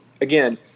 again